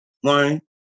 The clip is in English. one